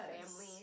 family